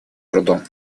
трудом